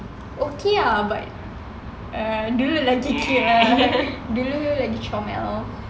okay ah but uh dulu lagi cute dulu lagi comel